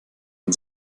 man